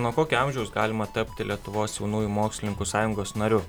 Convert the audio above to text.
nuo kokio amžiaus galima tapti lietuvos jaunųjų mokslininkų sąjungos nariu